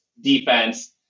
defense